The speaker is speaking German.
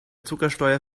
zuckersteuer